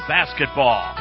Basketball